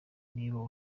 niba